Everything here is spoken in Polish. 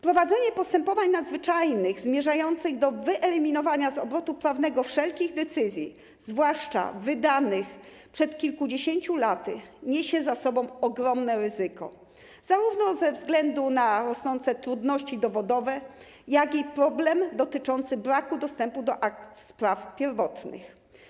Prowadzenie postępowań nadzwyczajnych zmierzających do wyeliminowania z obrotu prawnego wszelkich decyzji, zwłaszcza wydanych przed kilkudziesięciu laty, niesie za sobą ogromne ryzyko, zarówno ze względu na rosnące trudności dowodowe, jak i problem dotyczący braku dostępu do akt spraw pierwotnych.